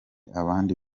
abandi